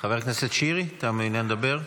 חבר הכנסת שירי, אתה מעוניין לדבר?